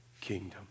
kingdom